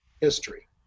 history